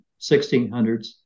1600s